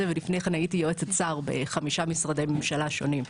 ולפני כן הייתי יועצת שר בחמישה משרדי ממשלה שונים,